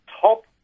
top